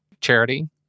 charity